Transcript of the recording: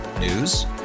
News